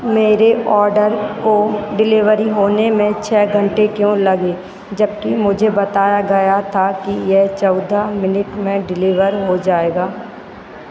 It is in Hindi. मेरे ऑर्डर को डिलेवरी होने में छः घंटे क्यों लगे जबकि मुझे बताया गया था कि यह चौदह मिनट में डिलेवर हो जाएगा